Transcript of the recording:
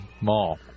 mall